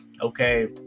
Okay